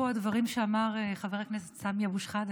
אפרופו הדברים שאמר חבר הכנסת סמי אבו שחאדה,